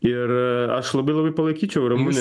ir aš labai labai palaikyčiau ramunę